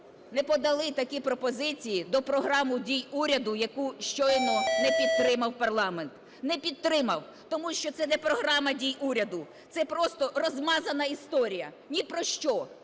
не подали такі пропозиції до програми дій уряду, яку щойно не підтримав парламент. Не підтримав, тому що це не програма дій уряду, це просто "розмазана" історія, ні про що.